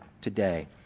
today